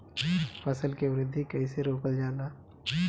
फसल के वृद्धि कइसे रोकल जाला?